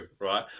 right